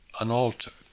unaltered